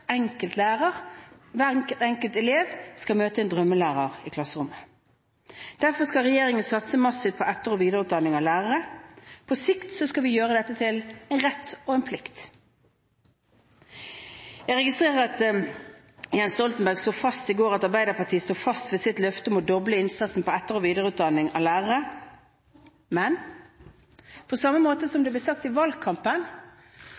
enkelt elev skal møte en drømmelærer i klasserommet. Derfor skal regjeringen satse massivt på etter- og videreutdanning av lærere, og på sikt skal vi gjøre dette til en rett og en plikt. Jeg registrerer at Jens Stoltenberg slo fast i går at Arbeiderpartiet står fast ved sitt løfte om å doble innsatsen på etter- og videreutdanning av lærere. Men